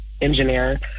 engineer